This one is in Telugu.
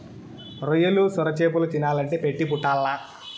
రొయ్యలు, సొరచేపలు తినాలంటే పెట్టి పుట్టాల్ల